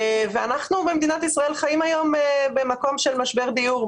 אנחנו במדינת ישראל חיים היום במקום של משבר דיור.